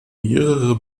mehrere